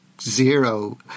zero